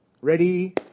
Ready